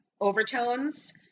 overtones